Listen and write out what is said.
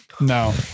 no